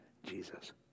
Jesus